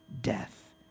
death